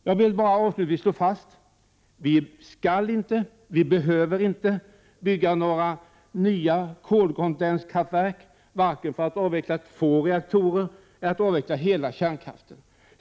Jag vill avslutningsvis slå fast: Vi skall inte och vi behöver inte bygga några nya kolkondenskraftverk vare sig för att avveckla två reaktorer eller för att avveckla hela kärnkraften.